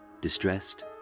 distressed